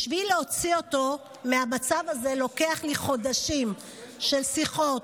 בשביל להוציא אותו מהמצב הזה לוקח לי חודשים של שיחות,